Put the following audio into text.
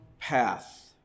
path